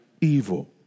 evil